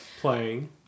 playing